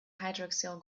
hydroxyl